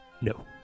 No